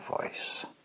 voice